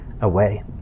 away